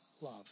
love